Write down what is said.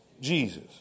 Jesus